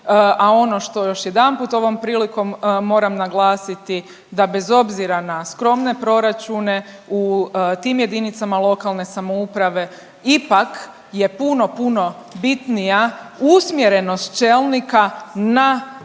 a ono što još jedanput ovom prilikom moram naglasiti da bez obzira na skromne proračune u tim jedinicama lokalne samouprave ipak je puno, puno bitnija usmjerenost čelnika na